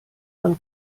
man